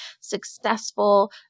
successful